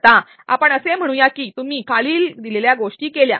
आता आपण असे म्हणूया की तुम्ही खालील गोष्टी केल्या